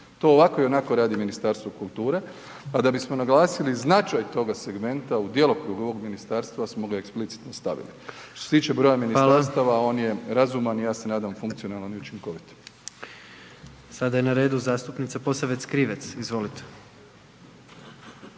To ovako i onako radi Ministarstvo kulture, a da bismo naglasili značaj toga segmenta u djelokrugu ovog ministarstva smo ga eksplicitno stavili. Što se tiče broja ministarstava .../Upadica: Hvala vam./... on je razuman i ja se nadam funkcionalnim i učinkovitim. **Jandroković, Gordan (HDZ)** Sada je na redu zastupnica Posavec Krivec. Izvolite.